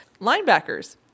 Linebackers